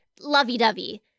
lovey-dovey